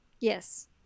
Yes